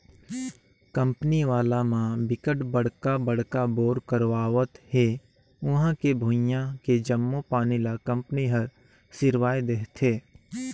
company वाला म बिकट बड़का बड़का बोर करवावत हे उहां के भुइयां के जम्मो पानी ल कंपनी हर सिरवाए देहथे